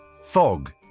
Fog